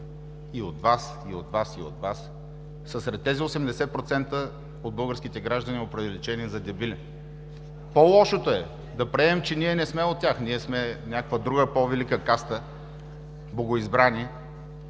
и от Вас, и от Вас, и от Вас, са сред тези 80% от българските граждани, оприличени за дебили. По-лошото е да приемем, че ние не сме от тях, ние сме някаква друга, по-велика каста, богоизбрани.